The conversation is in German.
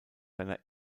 seiner